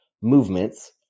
movements